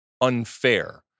unfair